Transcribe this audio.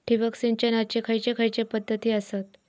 ठिबक सिंचनाचे खैयचे खैयचे पध्दती आसत?